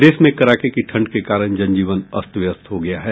प्रदेश में कड़ाके की ठंड के कारण जन जीवन अस्त व्यस्त हो गया है